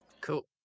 Cool